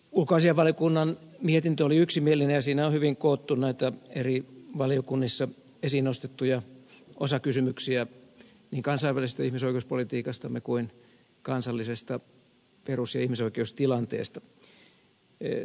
ulkoasiainvaliokunnan mietintö oli yksimielinen ja siinä on hyvin koottu näitä eri valiokunnissa esiin nostettuja osakysymyksiä niin kansainvälisestä ihmisoikeuspolitiikastamme kuin kansallisesta perus ja ihmisoikeustilanteesta